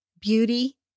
Beauty